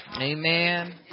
Amen